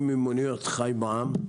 אני ממוניות חי בע"מ,